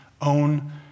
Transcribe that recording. own